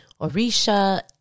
Orisha